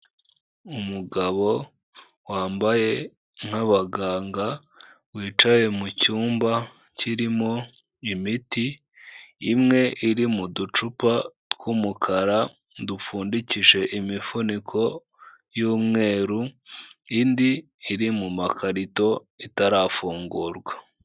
Umugabo wambaye nk'abaganga, wicaye mu cyumba kirimo imiti, imwe iri mu ducupa tw'umukara dupfundikishije, imifuniko y'umweru, indi iri mu makarito itarafungurwa.